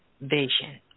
vision